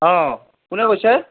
অ কোনে কৈছে